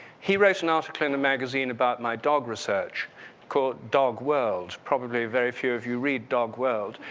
he wrote an article in a magazine about my dog research called, dog world. probably a very few of you read dog world,